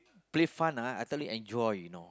play fun ah I tell you to enjoy you know